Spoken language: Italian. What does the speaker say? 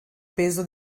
peso